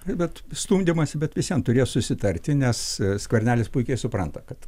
bet stumdymąsi bet vis vien turės susitarti nes skvernelis puikiai supranta kad